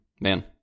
Man